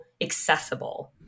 accessible